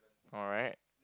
alright